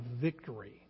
victory